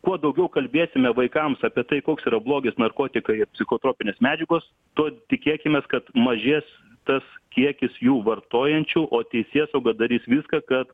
kuo daugiau kalbėsime vaikams apie tai koks yra blogis narkotikai ir psichotropinės medžiagos tuo tikėkimės kad mažės tas kiekis jų vartojančių o teisėsauga darys viską kad